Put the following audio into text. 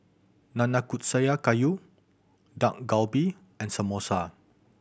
Nanakusa gayu Dak Galbi and Samosa